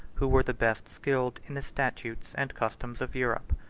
who were the best skilled in the statutes and customs of europe.